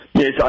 Yes